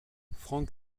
frank